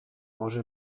cose